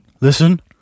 listen